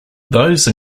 those